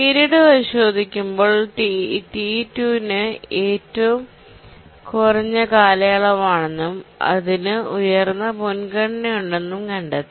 period പരിശോധിക്കുമ്പോൾ T2 ന് ഏറ്റവും കുറഞ്ഞ കാലയളവാണെന്നും അതിന് ഉയർന്ന മുൻഗണനയുണ്ടെന്നും കണ്ടെത്തി